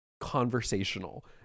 conversational